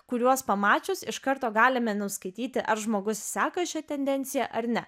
kuriuos pamačius iš karto galime nuskaityti ar žmogus seka šią tendenciją ar ne